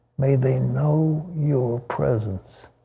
may they know your presence.